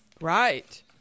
right